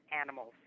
animals